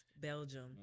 Belgium